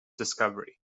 discovery